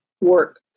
work